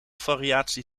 variatie